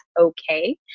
okay